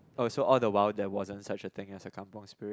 oh so all the while there wasn't such a thing as a Kampung spirit